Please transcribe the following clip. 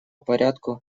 порядку